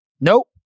Nope